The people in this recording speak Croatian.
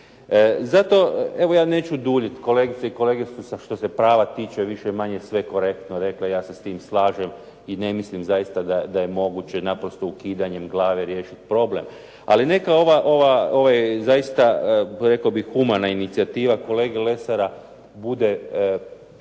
Zato, evo ja neću duljiti, kolegice i kolege su što se prava tiče više-manje sve korektno rekli, ja se s tim slažem i ne mislim zaista da je moguće naprosto ukidanjem glave riješiti problem, ali neka ova zaista, rekao bih humana inicijativa kolege Lesara bude poruka,